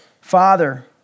Father